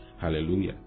Hallelujah